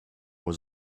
was